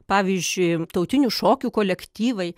pavyzdžiui tautinių šokių kolektyvai